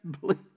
believe